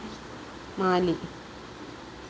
Mali